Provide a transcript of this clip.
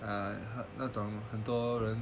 ya 那种很多人